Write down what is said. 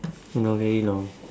no very long